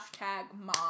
mom